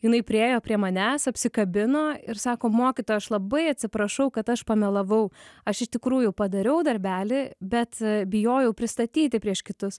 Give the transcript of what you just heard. jinai priėjo prie manęs apsikabino ir sako mokytoja aš labai atsiprašau kad aš pamelavau aš iš tikrųjų padariau darbelį bet bijojau pristatyti prieš kitus